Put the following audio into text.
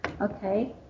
Okay